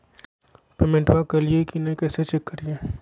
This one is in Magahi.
पेमेंटबा कलिए की नय, कैसे चेक करिए?